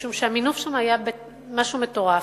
משום שהמינוף שם היה משהו מטורף,